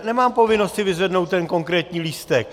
Nemám povinnost si vyzvednout ten konkrétní lístek.